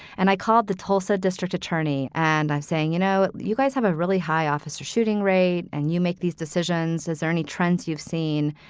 and i called the tulsa district attorney and i'm saying, you know, you guys have a really high officer shooting rate and you make these decisions. is there any trends you've seen?